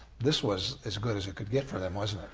this was as good as you could get for them wasn't it.